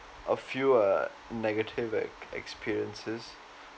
a few uh negative ex~ experiences